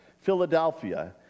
Philadelphia